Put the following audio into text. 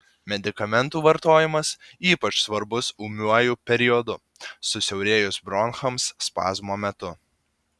medikamentų vartojimas ypač svarbus ūmiuoju periodu susiaurėjus bronchams spazmo metu